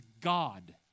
God